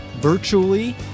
virtually